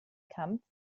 kampf